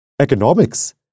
Economics